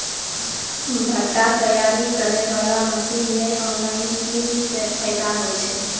भुट्टा तैयारी करें बाला मसीन मे ऑनलाइन किंग थे फायदा हे?